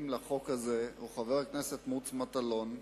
הוא חבר הכנסת מוץ מטלון,